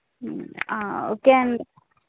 okay అండి